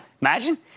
Imagine